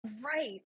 Right